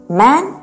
man